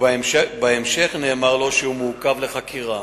ובהמשך נאמר לו שהוא מעוכב לחקירה,